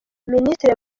ministre